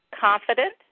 Confident